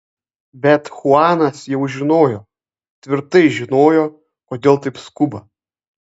bet chuanas jau žinojo tvirtai žinojo kodėl taip skuba